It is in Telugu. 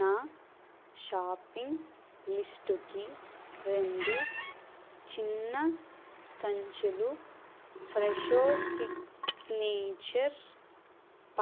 నా షాపింగ్ లిస్టుకి రెండు చిన్న సంచులు ఫ్రెషో సిగ్నేచర్